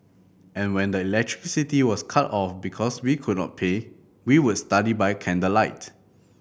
and when the electricity was cut off because we could not pay we would study by candlelight